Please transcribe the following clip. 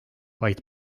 vaid